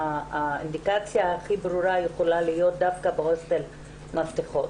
האינדיקציה הכי ברורה יכולה להיות דווקא בהוסטל מפתחות